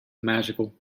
magical